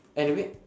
and w~